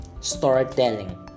storytelling